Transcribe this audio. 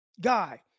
guy